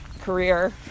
career